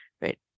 right